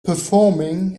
performing